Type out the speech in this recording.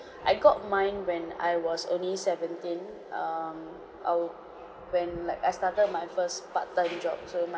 I got mine when I was only seventeen um I'll when like I started my first part-time job so my